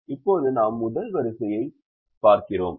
இப்போது நாம் முதல் நெடுவரிசையைப் பார்க்கிறோம்